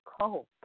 cope